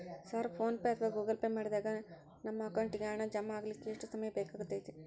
Sir PhonePe ಅಥವಾ Google Pay ಮಾಡಿದಾಗ ನಮ್ಮ ಅಕೌಂಟಿಗೆ ಹಣ ಜಮಾ ಆಗಲಿಕ್ಕೆ ಎಷ್ಟು ಸಮಯ ಬೇಕಾಗತೈತಿ?